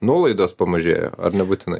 nuolaidos pamažėjo ar nebūtinai